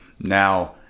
Now